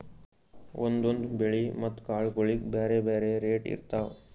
ಒಂದೊಂದ್ ಬೆಳಿ ಮತ್ತ್ ಕಾಳ್ಗೋಳಿಗ್ ಬ್ಯಾರೆ ಬ್ಯಾರೆ ರೇಟ್ ಇರ್ತವ್